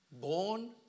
Born